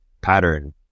pattern